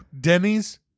Denny's